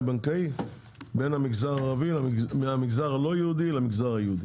בנקאי בין המגזר הלא יהודי למגזר היהודי.